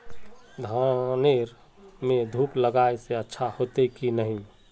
धानेर में धूप लगाए से अच्छा होते की नहीं?